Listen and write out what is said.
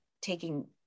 taking